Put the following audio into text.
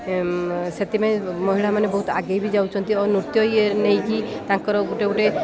ସେଥିପାଇଁ ମହିଳାମାନେ ବହୁତ ଆଗେଇ ବି ଯାଉଛନ୍ତି ଓ ନୃତ୍ୟ ଇଏ ନେଇକି ତାଙ୍କର ଗୋଟେ ଗୋଟେ